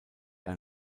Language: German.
ein